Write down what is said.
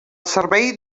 servei